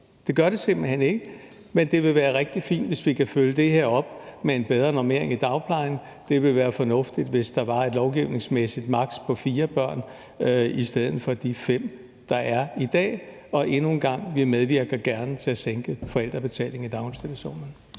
Det gør det simpelt hen ikke. Men det vil være rigtig fint, hvis vi kan følge det her op med en bedre normering i dagplejen, det ville være fornuftigt, hvis der var et lovgivningsmæssigt maks. på fire børn i stedet for de fem, der er i dag, og endnu en gang vil jeg sige: Vi medvirker gerne til at sænke forældrebetalingen i daginstitutionerne.